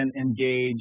engage